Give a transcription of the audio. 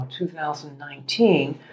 2019